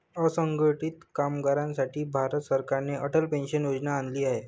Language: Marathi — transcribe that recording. असंघटित कामगारांसाठी भारत सरकारने अटल पेन्शन योजना आणली आहे